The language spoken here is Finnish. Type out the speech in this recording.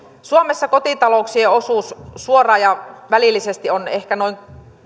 suomessa kotitalouksien osuus suoraan ja välillisesti on ehkä noin